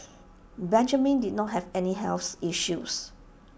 Benjamin did not have any health issues